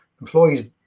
employees